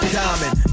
diamond